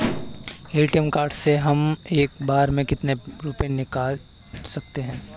ATM card से हम एक बार में कितने रुपये निकाल सकते हैं?